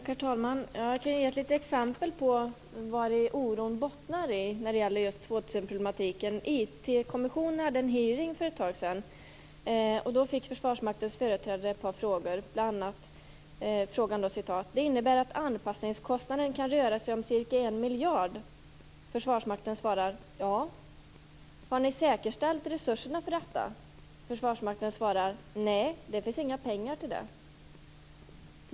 Herr talman! Jag kan ge ett litet exempel på vari oron bottnar när det gäller 2000-problematiken. IT-kommissionen hade en hearing för ett tag sedan. Försvarsmaktens företrädare fick ett par frågor. Bl.a. frågade man: Det innebär att anpassningskostnaden kan röra sig om ca 1 miljard? Försvarsmakten svarade: Ja. Man frågade: Har ni säkerställt resurserna för detta? Försvarsmakten svarade: Nej, det finns inga pengar till det.